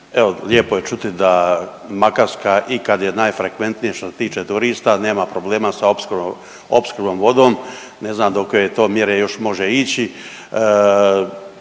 lijepo je čuti da Makarska i kad je najfrekventnije što se tiče turista nema problema sa opskrbom vodom, ne znam do koje to mjere još može ići,